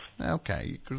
Okay